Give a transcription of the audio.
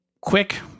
quick